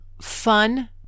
fun